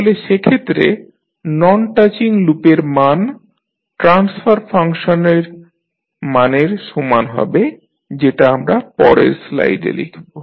তাহলে সেক্ষেত্রে non touching লুপের মান ট্রানস্ফার ফাংশনের মানের সমান হবে যেটা আমরা পরের স্লাইডে লিখব